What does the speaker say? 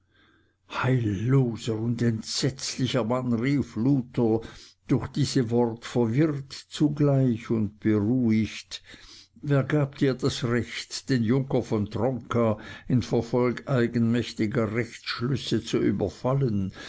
heilloser und entsetzlicher mann rief luther durch diese worte verwirrt zugleich und beruhigt wer gab dir das recht den junker von tronka in verfolg eigenmächtiger rechtsschlüsse zu überfallen